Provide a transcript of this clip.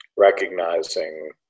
recognizing